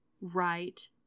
right